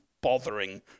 bothering